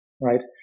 right